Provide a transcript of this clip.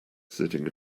sitting